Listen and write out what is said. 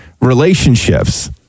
relationships